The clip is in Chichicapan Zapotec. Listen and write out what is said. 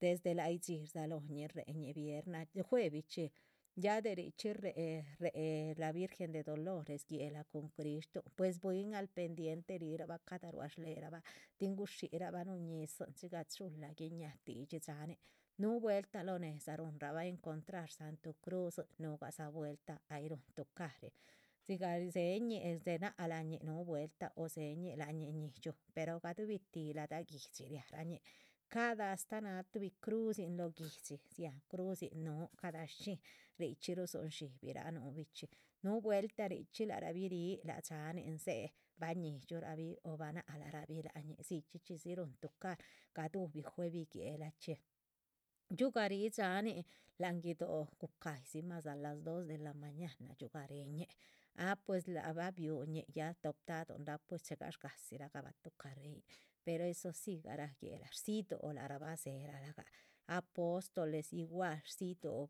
Desde láhyidxí rdzalóho ñih réheñi vierna juevichxí, ya de richxí réhe la virgen de dolores guéhla, cun cristuhhun, pues bwín al pendiente rihiraba cada rua shléherabah. tin gushíhirabah núhun ñihzin, dzigah chula guiñáha tidxi dhxáanin, núhu vueltah lóho nédza ruhunrabah encontrar, santu crudzin, nuhugadza vueltah ay rúhun tucarih, dzigah. dzéheñih dzenalañih, núh vueltah o dzéheñih ahñih ñidxiuh, pero gadubih tih láhda guihdxi riá rañih, cada astáh náha tuhbi crudzin guihdxi dziáhan crudzin núhu, cada shchxín. richxí rudzun dxibihraa nuhubichxí, núhu vueltah richxí lac rabih ríh lac dhxáanin dzéhe, bah ñidxurabih o bah nác lara bih, lac ñih dzichxí chxídzi ruhun tucar. gaduhubih juevi guéhla chxí, dxiuhra rih dhxáanin láhan guido´, gucahyih dzí mas a las dos de la mañana, dxiuhgah rihiñíh, ah pues lac bah biúhñih, ya toptaduhunra. pues chegash gadzirabah tuh carriyin, per eso sí garáh guéhla rdzíyih dóho ahra bah dzéhe lah gah, apostoles igual